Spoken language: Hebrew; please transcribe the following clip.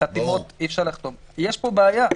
יש פה בעיה.